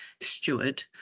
steward